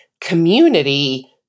community